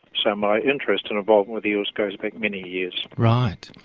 so my interest and involvement with eels goes back many years. right.